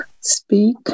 speak